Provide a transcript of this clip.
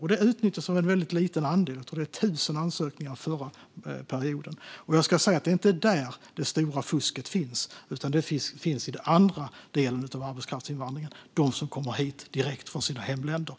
Möjligheten utnyttjas av en väldigt liten andel. Jag tror att det var tusen ansökningar under förra perioden. Det är inte där det stora fusket finns, utan det finns i den andra delen av arbetskraftsinvandringen - de som kommer hit direkt från sina hemländer.